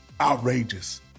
outrageous